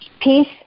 Peace